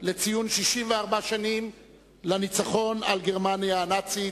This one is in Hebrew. לציון 64 שנה לניצחון על גרמניה הנאצית.